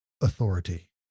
authority